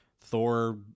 Thor